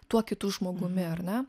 tuo kitu žmogumi ar ne